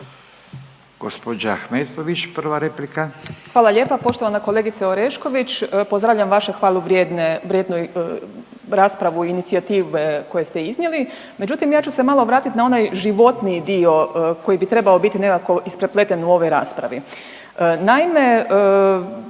**Ahmetović, Mirela (SDP)** Hvala lijepa. Poštovana kolegice Orešković pozdravljam vašu hvalu vrijedne, vrijednu raspravu, incijativ koje ste iznijeli međutim ja ću se malo vratiti na onaj životniji dio koji bi trebao biti nekako isprepleten u ovoj raspravi.